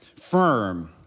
firm